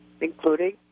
including